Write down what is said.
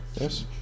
yes